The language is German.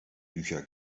bücher